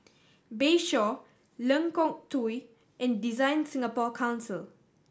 Bayshore Lengkong Tujuh and DesignSingapore Council